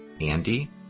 Andy